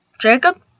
Jacob